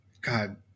God